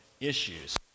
issues